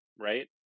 right